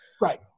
Right